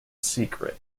secret